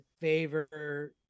favor